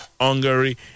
Hungary